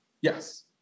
Yes